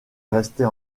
rester